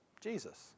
Jesus